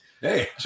hey